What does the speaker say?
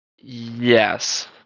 Yes